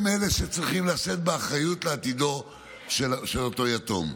הם שצריכים לשאת באחריות לעתידו של אותו יתום.